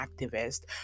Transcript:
activist